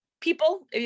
people